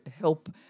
help